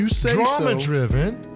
drama-driven